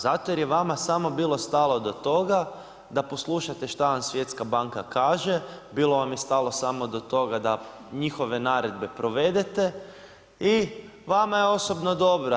Zato jer je vama samo bilo stalo do toga, da poslušate što vam Svjetska banka kaže, bilo vam je stalo samo do toga, da njihove naredbe provedete i vama je osobno dobro.